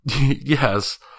yes